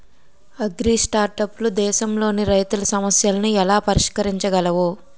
అగ్రిస్టార్టప్లు దేశంలోని రైతుల సమస్యలను ఎలా పరిష్కరించగలవు?